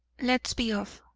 let's be off,